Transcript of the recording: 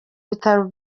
bitaro